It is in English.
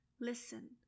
listen